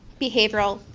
behavioral,